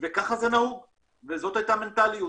וככה זה נהוג וזאת הייתה המנטליות.